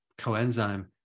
coenzyme